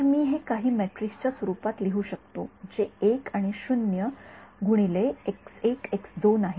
तर मी हे काही मेट्रिक्सच्या स्वरूपात लिहू शकतो जे १ आणि 0 गुणिले आहे